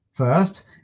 First